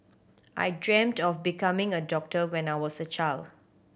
I dreamed of becoming a doctor when I was a child